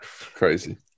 crazy